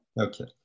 Okay